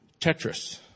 Tetris